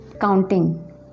Counting